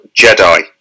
Jedi